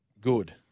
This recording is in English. good